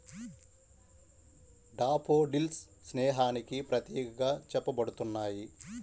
daffodils స్నేహానికి ప్రతీకగా చెప్పబడుతున్నాయి